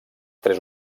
tres